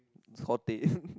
hot teh